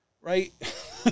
right